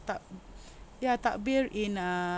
tak ya takbir in err